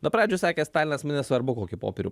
nuo pradžių sakė stalinas man nesvarbu kokį popierių